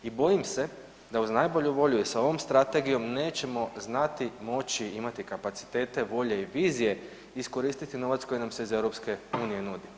I bojim se da uz najbolju volju i sa ovom strategijom nećemo znati moći imati kapacitete, volje i vizije iskoristiti novac koji nam se iz Europske unije nudi.